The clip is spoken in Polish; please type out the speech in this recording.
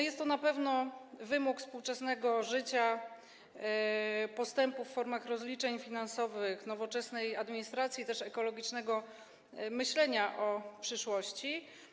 Jest to na pewno wymóg współczesnego życia, postępów w formach rozliczeń finansowych, nowoczesnej administracji, a także ekologicznego myślenia o przyszłości.